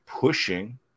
pushing